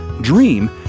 dream